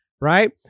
right